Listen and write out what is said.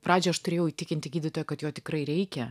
pradžioj aš turėjau įtikinti gydytoją kad jo tikrai reikia